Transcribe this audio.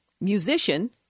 musician